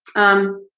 um